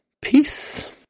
peace